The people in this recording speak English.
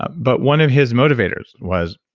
ah but one of his motivators was,